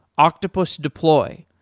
octopus deploy,